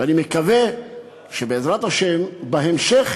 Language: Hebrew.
ואני מקווה שבעזרת השם, בהמשך